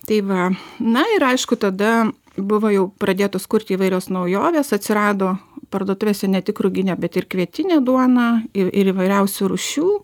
tai va na ir aišku tada buvo jau pradėtos kurti įvairios naujovės atsirado parduotuvėse ne tik ruginė bet ir kvietinė duona i ir įvairiausių rūšių